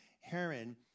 Heron